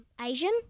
Asian